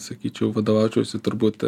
sakyčiau vadovaučiausi turbūt